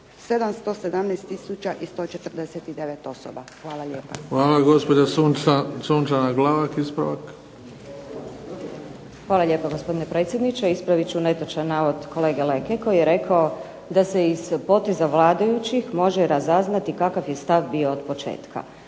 i 149 osoba. Hvala lijepa.